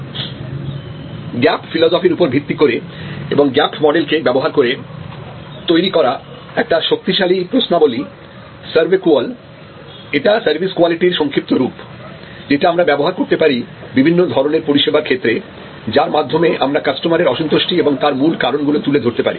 gap philosophy এর ওপর ভিত্তি করে এবং গ্যাপ মডেল কে ব্যবহার করে তৈরি করা একটা শক্তিশালী প্রশ্নাবলী SERVQUAL এটা সার্ভিস কোয়ালিটির সংক্ষিপ্ত রূপ যেটা আমরা ব্যবহার করতে পারি বিভিন্ন ধরনের পরিষেবার ক্ষেত্রে যার মাধ্যমে আমরা কাস্টমারের অসন্তুষ্টি এবং তার মূল কারণগুলো তুলে ধরতে পারি